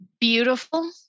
beautiful